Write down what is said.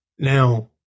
Now